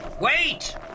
Wait